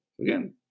again